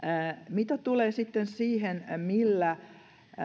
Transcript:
mitä tulee sitten siihen millä